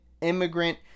immigrant